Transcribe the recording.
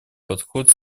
подход